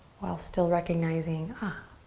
while still recognizing, ah,